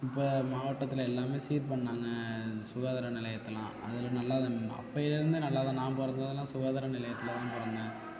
இப்போ மாவட்டத்தில் எல்லாமே சீர் பண்ணாங்க சுகாதார நிலையத்தை எல்லாம் அதெல்லாம் நல்லாதான் அப்போயிருந்தே நல்லாதான் நான் பிறந்தது எல்லாம் சுகாதார நிலையத்தில் தான் பிறந்தேன்